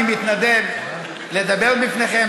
אני מתנדב לדבר לפניכם,